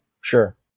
Sure